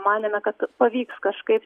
manėme kad pavyks kažkaip